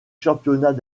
championnat